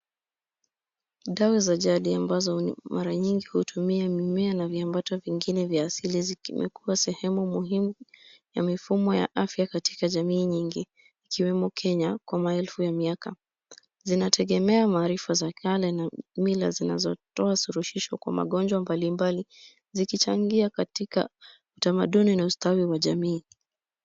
Dawa za jadi ambazo mara nyingi hutumia mimea na viambata vingine vya asili kimekuwa sehemu ya mifumo ya afya katika jamii nyingi ikiwemo kenya kwa maelfu ya miaka. Zinategemea maarifa za kale na mila zinatoa suluhidho kwa magonjwa mbalimbali zikichangia katika utamaduni na ustawi wa jamii.